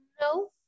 No